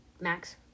Max